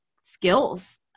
skills